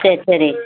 சரி சரி